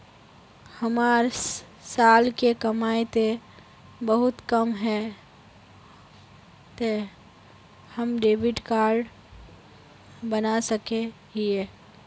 हमर साल के कमाई ते बहुत कम है ते हम डेबिट कार्ड बना सके हिये?